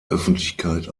öffentlichkeit